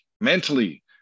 mentally